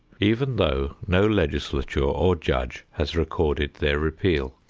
even though no legislature or judge has recorded their repeal.